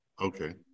Okay